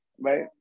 right